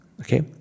okay